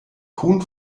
kuhn